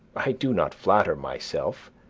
i do not flatter myself,